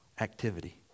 activity